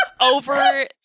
over